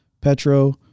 Petro